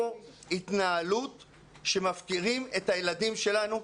כאן התנהלות שמפקירים את הילדים שלנו.